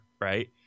Right